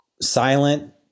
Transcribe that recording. silent